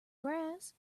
grass